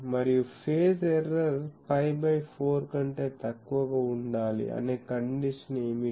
మరియు phase error π by 4 కంటే తక్కువగా ఉండాలి అనే కండిషన్ ఏమిటి